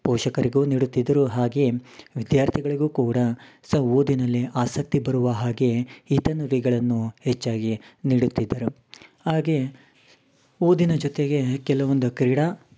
ಪೋಷಕರಿಗೂ ನೀಡುತ್ತಿದ್ದರು ಹಾಗೆ ವಿದ್ಯಾರ್ಥಿಗಳಿಗೂ ಕೂಡ ಸ ಓದಿನಲ್ಲಿ ಆಸಕ್ತಿ ಬರುವ ಹಾಗೆ ಹಿತನುಡಿಗಳನ್ನು ಹೆಚ್ಚಾಗಿ ನೀಡುತ್ತಿದ್ದರು ಹಾಗೆ ಓದಿನ ಜೊತೆಗೆ ಕೆಲವೊಂದು ಕ್ರೀಡಾ